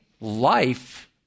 life